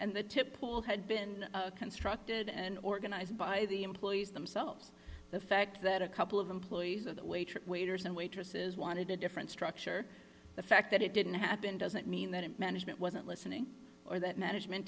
and the tip pool had been constructed and organized by the employees themselves the fact that a couple of employees of the waiters and waitresses wanted a different structure the fact that it didn't happen doesn't mean that management wasn't listening or that management